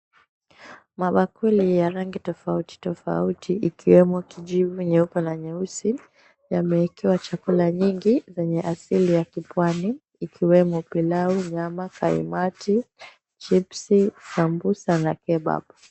Mabakuli ya rangi tofauti tofauti, ikiwemo kijivu, nyeupe na nyeusi, yameekewa chakula nyingi yenye asili ya kipwani ikiwemo pilau, nyama, kaimati, chipsi , sambusa na kebab .